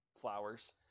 flowers